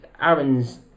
Aaron's